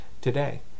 Today